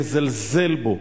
לזלזל בו.